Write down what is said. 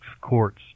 courts